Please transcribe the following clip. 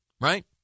right